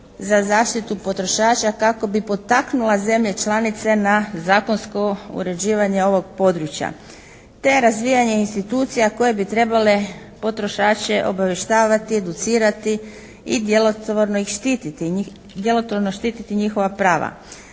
za zaštitu potrošača kako bi potaknula zemlje članice na zakonsko uređivanje ovog područja, te razvijanje institucija koje bi trebale potrošače obavještavati i educirati i djelotvorno ih štititi, djelotvorno